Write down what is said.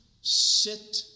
sit